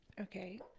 Okay